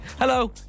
hello